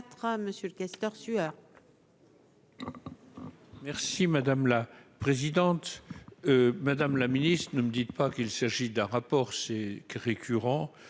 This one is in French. Merci madame la présidente, madame la Ministre, ne me dites pas qu'il s'agit d'un rapport c'est